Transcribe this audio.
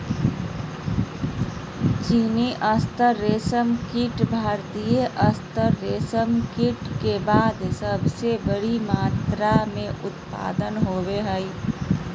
चीनी तसर रेशमकीट भारतीय तसर रेशमकीट के बाद सबसे बड़ी मात्रा मे उत्पादन होबो हइ